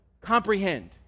comprehend